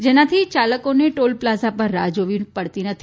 જેનાથી યાલકોને toll plaza પર રાહ જોવી પડતી નથી